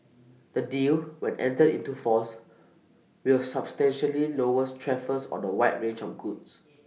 the deal when entered into force will substantially lowers tariffs on A wide range of goods